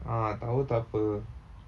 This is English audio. ah tahu takpe